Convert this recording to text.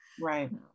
Right